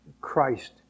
Christ